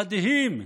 מדהים,